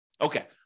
Okay